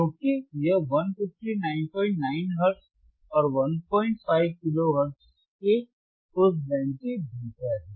क्योंकि यह 1599 हर्ट्ज और 15 किलो हर्ट्ज के उस बैंड के भीतर है